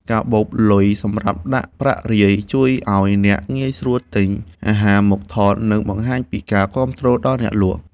កាបូបលុយសម្រាប់ដាក់ប្រាក់រាយ ជួយឱ្យអ្នកងាយស្រួលទិញអាហារមកថត និងបង្ហាញពីការគាំទ្រដល់អ្នកលក់។